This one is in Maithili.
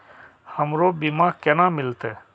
हमरो बीमा केना मिलते?